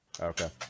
Okay